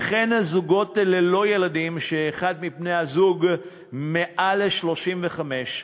וכן זוגות ללא ילדים שאחד מבני-הזוג מעל גיל 35,